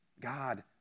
God